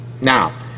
Now